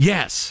Yes